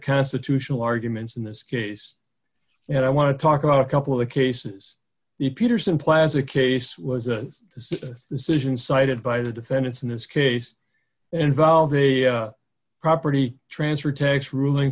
constitutional arguments in this case and i want to talk about a couple of cases the peterson plaza case was a decision cited by the defendants in this case involving a property transfer tax ruling